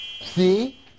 See